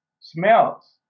Smells